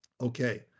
Okay